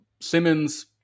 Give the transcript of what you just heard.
simmons